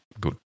good